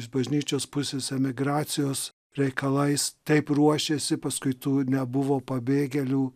iš bažnyčios pusės emigracijos reikalais taip ruošėsi paskui tų nebuvo pabėgėlių